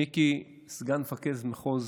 מיקי מפקד מחוז